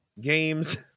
games